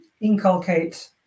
inculcate